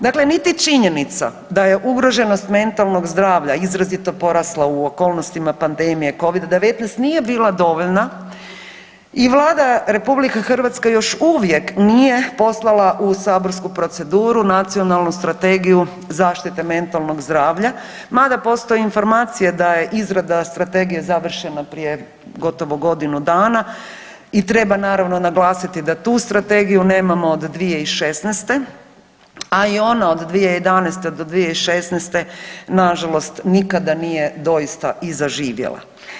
Dakle niti činjenica da je ugroženost mentalnog zdravlja izrazito porasla u okolnostima pandemije Covida-19 nije bila dovoljna i Vlada RH još uvijek nije poslala u saborsku proceduru nacionalnu strategiju zaštite mentalnog zdravlja, mada postoji informacija da je izrada strategije završena prije gotovo godinu dana i treba naravno, naglasiti da tu strategiju nemamo od 2016., a i ona 2011.-2016. nažalost nikada nije doista i zaživjela.